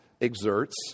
exerts